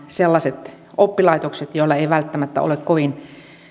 sellaiset oppilaitokset joilla ei välttämättä ole kovin